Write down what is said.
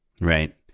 Right